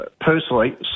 personally